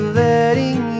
letting